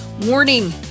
Warning